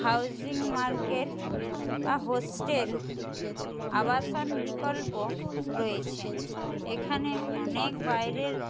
housing market বা hostel আবাসন বিকল্প রয়েছে এখানে অনেক বাইরের